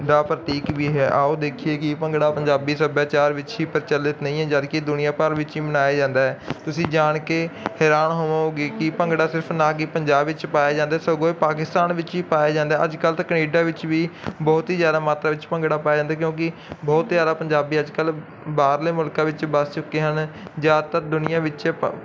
ਦਾ ਪ੍ਰਤੀਕ ਵੀ ਹੈ ਆਓ ਦੇਖੀਏ ਕਿ ਭੰਗੜਾ ਪੰਜਾਬੀ ਸੱਭਿਆਚਾਰ ਵਿੱਚ ਹੀ ਪ੍ਰਚਲਿਤ ਨਹੀਂ ਹੈ ਜਦਕਿ ਦੁਨੀਆ ਭਰ ਵਿੱਚ ਹੀ ਮਨਾਇਆ ਜਾਂਦਾ ਹੈ ਤੁਸੀਂ ਜਾਣ ਕੇ ਹੈਰਾਨ ਹੋਵੋਗੇ ਕਿ ਭੰਗੜਾ ਸਿਰਫ ਨਾ ਕੀ ਪੰਜਾਬ ਵਿੱਚ ਪਾਇਆ ਜਾਂਦਾ ਸਗੋਂ ਇਹ ਪਾਕਿਸਤਾਨ ਵਿੱਚ ਹੀ ਪਾਇਆ ਜਾਂਦਾ ਅੱਜ ਕੱਲ ਤੱਕ ਕਨੇਡਾ ਵਿੱਚ ਵੀ ਬਹੁਤ ਹੀ ਜਿਆਦਾ ਮਾਤਰਾ ਵਿੱਚ ਭੰਗੜਾ ਪਾਇਆ ਜਾਂਦਾ ਕਿਉਂਕਿ ਬਹੁਤ ਜਿਆਦਾ ਪੰਜਾਬੀ ਅੱਜ ਕੱਲ ਬਾਹਰਲੇ ਮੁਲਕਾਂ ਵਿੱਚ ਵੱਸ ਚੁੱਕੇ ਹਨ ਜਿਆਦਾਤਰ ਦੁਨੀਆਂ ਵਿੱਚ